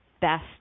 best